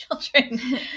children